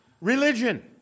religion